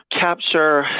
capture